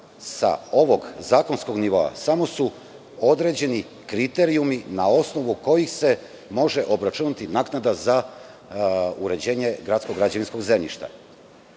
sa ovog zakonskog nivoa samo su određeni kriterijumi na osnovu kojih se može obračunati naknada za uređenje gradskog građevinskog zemljišta.